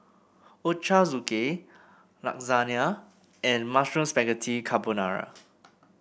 Ochazuke Lasagna and Mushroom Spaghetti Carbonara